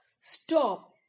Stop